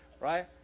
right